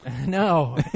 No